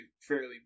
fairly